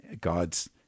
God's